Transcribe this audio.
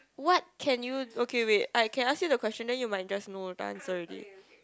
what can you okay wait I can ask you the question then you might just the answer already